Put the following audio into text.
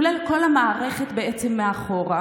כולל כל המערכת מאחור,